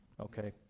okay